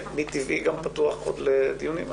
ואני מטבעי גם פתוח לעוד דיונים.